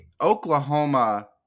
Oklahoma